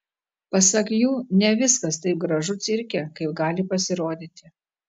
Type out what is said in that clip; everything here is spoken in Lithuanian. pasak jų ne viskas taip gražu cirke kaip gali pasirodyti